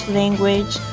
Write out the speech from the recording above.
language